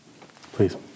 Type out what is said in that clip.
Please